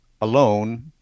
alone